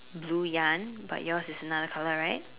blue yarn but yours is another colour right